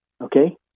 okay